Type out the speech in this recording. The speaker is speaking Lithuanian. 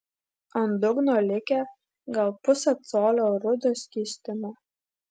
ant dugno likę gal pusė colio rudo skystimo